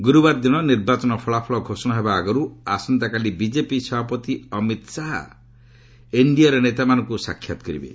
ଗୁରୁବାର ଦିନ ନିର୍ବାଚନ ଫଳାଫଳ ଘୋଷଣା ହେବା ଆଗରୁ ଆସନ୍ତାକାଲି ବିଜେପି ସଭାପତି ଅମିତ୍ ଶାହା ଏନ୍ଡିଏର ନେତାମାନଙ୍କୁ ସାକ୍ଷାତ୍ କରିବେ